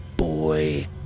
Boy